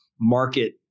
market